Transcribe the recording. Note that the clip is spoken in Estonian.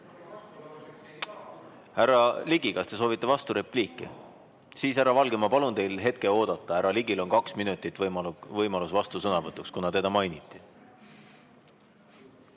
Härra Ligi, kas te soovite vasturepliiki? Härra Valge, ma palun teil hetke oodata, härra Ligil on kaks minutit võimalus vastusõnavõtuks, kuna teda mainiti.